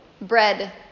bread